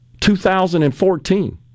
2014